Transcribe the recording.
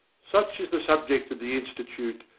such is the subject of the institute,